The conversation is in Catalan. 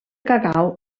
cacau